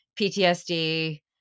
PTSD